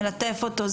מלטף אותו,